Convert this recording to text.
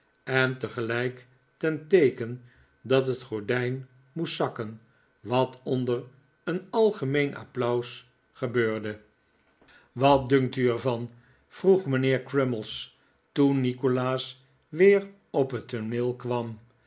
en tegelijk ten teeken dat het gordijn moest zakken wat onder een algemeen applaus gebeurde wat dunkt u er van vroeg mijnheer crummies toen nikolaas weer op het tooneel kwam